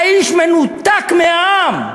האיש מנותק מהעם.